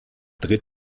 dreht